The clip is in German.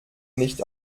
nicht